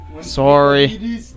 Sorry